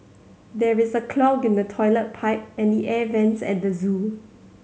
there is a clog in the toilet pipe and the air vents at the zoo